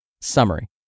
Summary